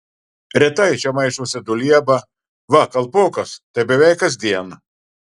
retai čia maišosi dulieba va kalpokas tai beveik kasdien